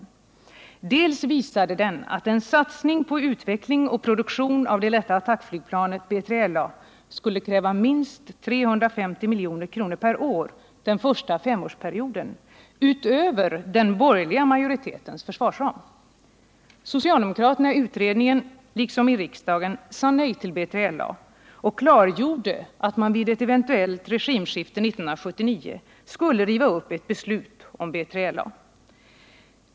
Utredningen visade också att en satsning på utveckling och produktion av det lätta attackplanet B3LA skulle kräva minst 350 milj.kr. per år den första femårsperioden, utöver den borgerliga majoritetens försvarsram. Socialdemokraterna i utredningen, liksom i riksdagen, sade nej till B3LA och klargjorde att man vid ett eventuellt regimskifte 1979 skulle riva upp ett beslut om B3LA.